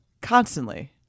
Constantly